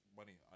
money